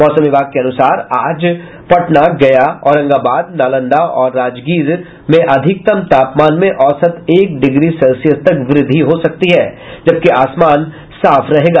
मौसम विभाग के अनुसार आज पटना गया औरंगाबाद नालंदा और राजगीर में अधिकतम तापमान में औसत एक डिग्री सेल्सियस तक वृद्धि हो सकती है जबकि आसमान साफ रहेगा